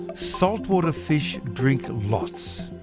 saltwater fish drink lots,